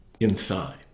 inside